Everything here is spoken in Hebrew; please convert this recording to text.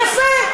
יפה,